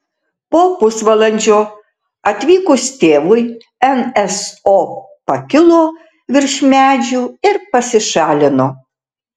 po pusvalandžio atvykus tėvui nso pakilo virš medžių ir pasišalino